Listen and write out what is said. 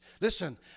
Listen